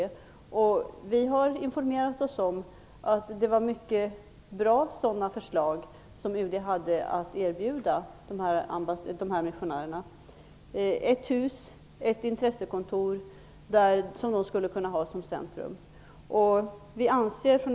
Vi har informerat oss om att det var mycket bra förslag som UD hade att erbjuda de här missionärerna: ett hus, ett intressekontor, som de skulle kunna ha som centrum.